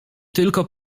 tylko